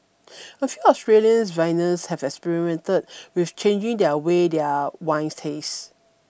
a few Australian wines have experimented with changing their way their wines taste